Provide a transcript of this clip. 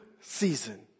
season